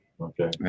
Okay